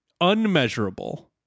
unmeasurable